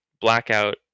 Blackout